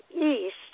East